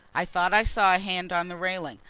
i thought i saw a hand on the railing,